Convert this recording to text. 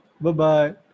Bye-bye